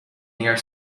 near